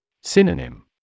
Synonym